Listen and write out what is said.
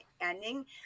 ending